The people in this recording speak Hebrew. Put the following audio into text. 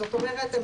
זאת אומרת,